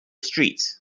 street